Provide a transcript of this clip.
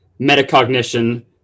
metacognition